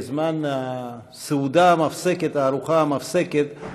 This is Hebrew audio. בזמן הסעודה המפסקת,